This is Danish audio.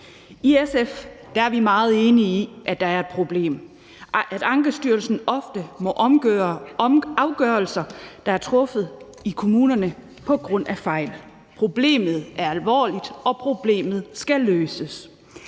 I SF er vi meget enige i, at det er et problem, at Ankestyrelsen ofte må omgøre afgørelser, der er truffet i kommunerne, på grund af fejl. Problemet er alvorligt, og problemet skal løses.